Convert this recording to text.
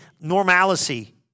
normalcy